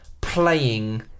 playing